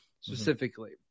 specifically